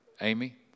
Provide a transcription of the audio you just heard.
Amy